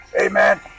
Amen